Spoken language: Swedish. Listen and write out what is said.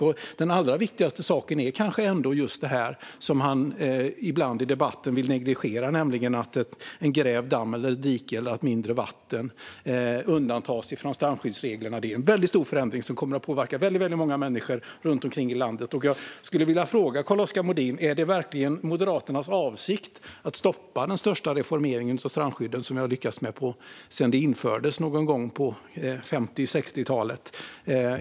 Och den allra viktigaste saken är kanske ändå just det som Carl-Oskar Bohlin ibland vill negligera i debatten, nämligen att en grävd damm, ett dike eller ett mindre vatten undantas från strandskyddsreglerna. Det är en väldigt stor förändring som kommer att påverka väldigt många människor runt om i landet, och jag skulle vilja fråga Carl-Oskar Bohlin om det verkligen är Moderaternas avsikt att stoppa den största reformering av strandskyddet som vi har lyckats med sedan det infördes någon gång på 50 eller 60-talet.